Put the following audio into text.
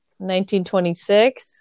1926